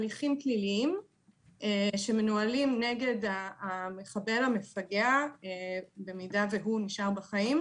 הליכים פליליים שמנוהלים נגד המחבל המפגע במידה ונשאר בחיים,